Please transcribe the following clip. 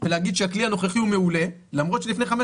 ולהגיד שהכלי הנוכחי הוא מעולה למרות שלפני חמש